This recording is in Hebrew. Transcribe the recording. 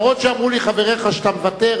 אף-על-פי שאמרו לי חבריך שאתה מוותר,